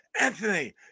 Anthony